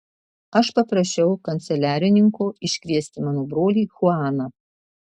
aš paprašiau kanceliarininko iškviesti mano brolį chuaną